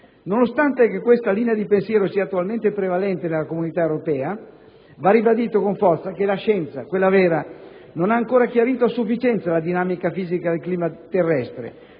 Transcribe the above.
Nonostante questa linea di pensiero sia attualmente prevalente nell'Unione Europea, va ribadito con forza che la scienza, quella vera, non ha ancora chiarito a sufficienza la dinamica fisica del clima terrestre.